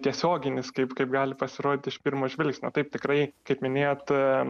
tiesioginis kaip kaip gali pasirodyti iš pirmo žvilgsnio taip tikrai kaip minėjot